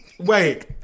Wait